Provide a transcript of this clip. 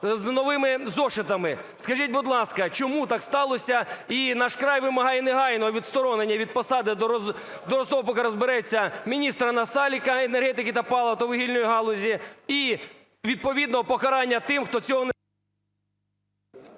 з новими зошитами. Скажіть, будь ласка, чому так сталося? І "Наш край" вимагає негайного відсторонення від посади до того, поки розбереться, міністра Насалика, енергетики та палива та вугільної галузі. І відповідного покарання тим, хто…